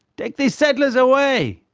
take these settlers away!